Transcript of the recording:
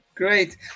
Great